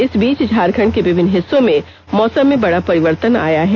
इस बीच झारखण्ड के विभिन्न हिस्सों में मौसम में बड़ा परिवर्तन आया है